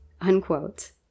Unquote